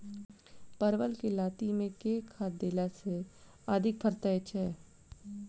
परवल केँ लाती मे केँ खाद्य देला सँ अधिक फरैत छै?